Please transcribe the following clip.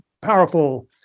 powerful